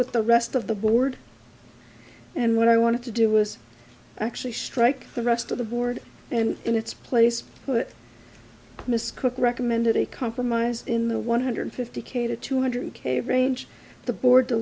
with the rest of the board and what i wanted to do was actually strike the rest of the board and in its place but miss cook recommended a compromise in the one hundred fifty k to two hundred k range the board